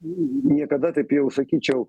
niekada taip jau sakyčiau